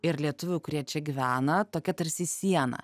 ir lietuvių kurie čia gyvena tokia tarsi siena